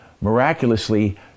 miraculously